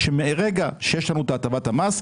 שמרגע שיש לנו הטבת מס,